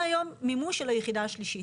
בגלל רמ"י אין היום מימוש של היחידה השלישית.